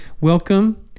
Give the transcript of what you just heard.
welcome